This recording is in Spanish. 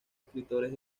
escritores